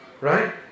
Right